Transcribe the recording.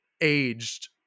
aged